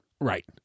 Right